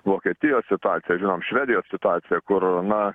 vokietijos situaciją žinom švedijos situaciją kur na